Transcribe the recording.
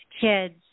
Kids